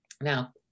Now